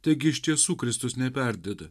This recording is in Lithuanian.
taigi iš tiesų kristus neperdedu